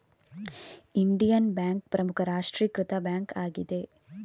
Indian bank ಪ್ರಮುಖ ರಾಷ್ಟ್ರೀಕೃತ bank ಆಗಿದೆ